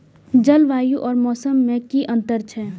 जलवायु और मौसम में कि अंतर छै?